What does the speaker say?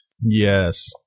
Yes